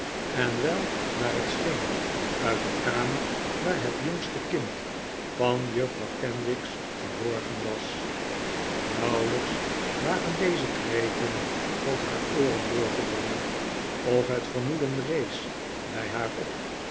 en wel naar het scheen uit de kamer waar het jongste kind van juffrouw kenwigs geborgen was nauwelijks waren deze kreten tot haar ooren doorgedrongen of het vermoeden rees bij haar op